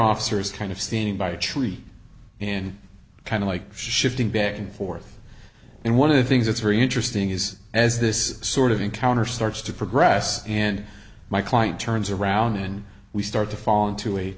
officer is kind of standing by a tree in kind of like shifting back and forth and one of the things that's very interesting is as this sort of encounter starts to progress and my client turns around and we start to fall